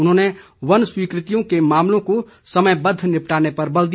उन्होंने वन स्वीकृतियों के मामलों को समयबद्द निपटाने पर भी बल दिया